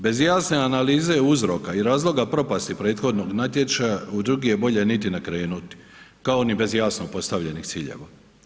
Bez jasne analize uzroka i razloga propasti prethodnog natječaja u drugi je bolje niti ne krenuti kao ni bez jasno postavljenih ciljeva.